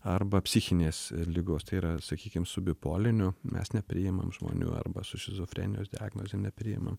arba psichinės ligos tai yra sakykim su bipoliniu mes nepriimam žmonių arba su šizofrenijos diagnoze nepriimam